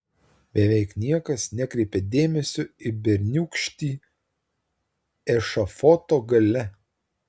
beveik niekas nekreipė dėmesio į berniūkštį ešafoto gale